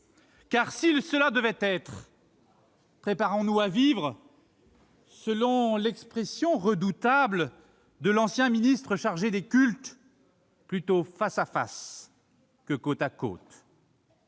! Si cela devait être, préparons-nous à vivre, selon une expression redoutable de l'ancien ministre chargé des cultes, plutôt « face à face » que « côte à côte